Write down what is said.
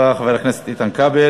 תודה רבה, חבר הכנסת איתן כבל.